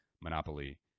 Monopoly